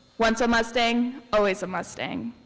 once a mustang, always a mustang.